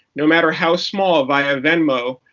no matter how small, via venmo,